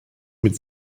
mit